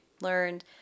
learned